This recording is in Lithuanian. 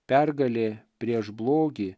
pergalė prieš blogį